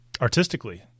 artistically